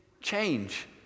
change